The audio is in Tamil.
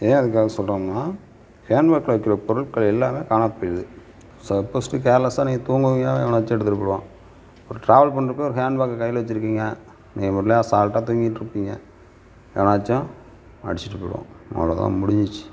ஏன் எதுக்காக சொல்கிறேன்னா ஹேண்ட்பேக்கில் வைக்கிற பொருட்கள் எல்லாமே காணாத போயிடுது சப்போஸ் கேர்லெஸ்ஸாக நீங்க தூங்குவீங்க எவனாச்சும் எடுத்துகிட்டு போய்டுவான் ஒரு ட்ராவல் பண்ணுறப்ப ஒரு ஹேண்ட்பேக்கை கையில் வச்சுருக்கீங்க நீங்கள் பாட்லே அசால்ட்டாக தூங்கிக்கிட்டு இருப்பீங்க எவனாச்சும் அடிச்சுட்டு போய்டுவான் அவ்வளோ தான் முடிஞ்சிடுச்சு